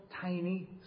tiny